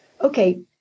okay